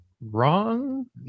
wrong